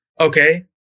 okay